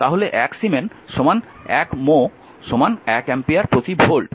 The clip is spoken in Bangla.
তাহলে 1 সিমেন 1 mho 1 অ্যাম্পিয়ার প্রতি ভোল্ট